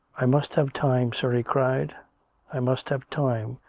i must have time, sir, he cried i must have time.